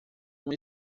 uma